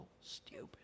stupid